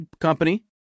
company